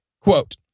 Quote